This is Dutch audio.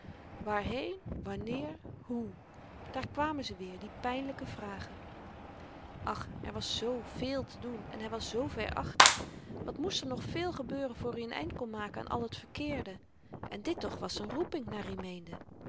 waarheen wanneer hoe daar kwamen ze weer die pynlyke vragen ach er was zoo véél te doen en hy was zoo ver achter wat moest er nog veel gebeuren voor i n eind kon maken aan al t verkeerde en dit toch was z'n roeping naar i meende